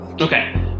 Okay